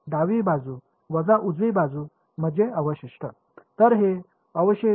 डावी बाजू वजा उजवी बाजू म्हणजे अवशिष्ट